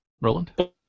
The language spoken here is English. Roland